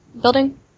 building